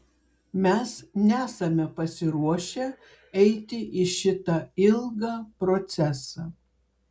mes nesame pasiruošę eiti į šitą ilgą procesą